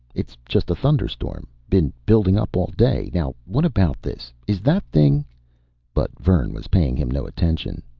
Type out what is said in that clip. it's just a thunderstorm. been building up all day. now what about this? is that thing but vern was paying him no attention.